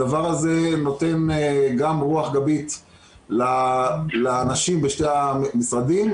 הדבר הזה נותן גם רוח גבית לאנשים בשני המשרדים,